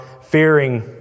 fearing